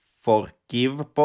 forgive